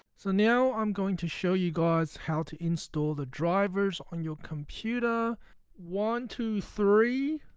so now i'm going to show you guys how to install the drivers on your computer one two three.